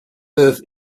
earth